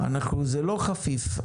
זה לא חפיף.